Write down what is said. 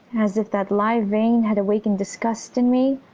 as if that live vein had awakened disgust in me,